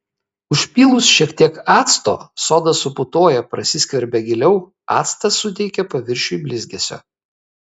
užpylus šiek tiek acto soda suputoja prasiskverbia giliau actas suteikia paviršiui blizgesio